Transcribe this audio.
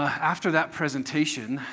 ah after that presentation